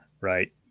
right